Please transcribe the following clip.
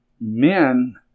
men